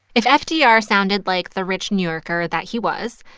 if fdr sounded like the rich new yorker that he was,